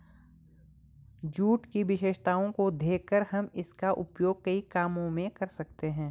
jute की विशेषताओं को देखकर हम इसका उपयोग कई कामों में कर सकते हैं